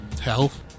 Health